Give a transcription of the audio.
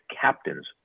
captains